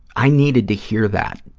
i needed to hear that,